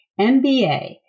MBA